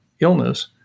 illness